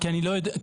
כי אני לא הייתי,